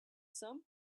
some